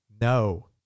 No